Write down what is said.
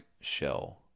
shell